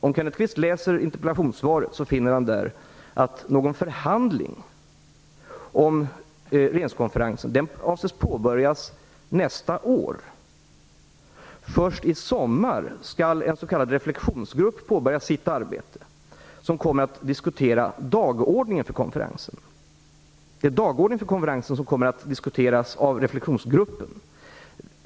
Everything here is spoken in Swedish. Om Kenneth Kvist läser interpellationssvaret finner han där att förhandlingar om regeringskonferensen avses påbörjas nästa år. Först i sommar skall en s.k. reflexionsgrupp påbörja sitt arbete. Den kommer att diskutera dagordningen på konferensen. Det är dagordningen för konferensen som kommer att diskuteras av reflexionsgruppen.